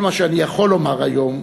כל מה שאני יכול לומר היום